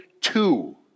two